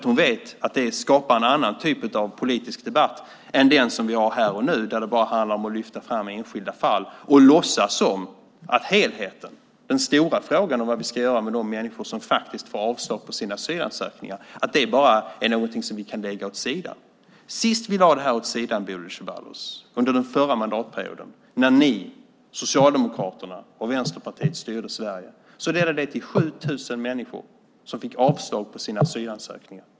Hon vet att det skapar en annan typ av politisk debatt än den som vi har här och nu. Det handlar bara om att lyfta fram enskilda fall och låtsas som att helheten, den stora frågan om vad vi ska göra med de människor som får avslag på sina asylansökningar, är något som vi bara kan lägga åt sidan. Sist vi lade det här åt sidan, Bodil Ceballos, under den förra mandatperioden när ni, Socialdemokraterna och Vänsterpartiet styrde Sverige, ledde det till att 7 000 människor fick avslag på sina asylansökningar.